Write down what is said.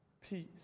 peace